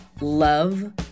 love